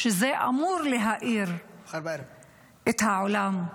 שזה אמור להאיר את העולם,